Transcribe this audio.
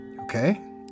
Okay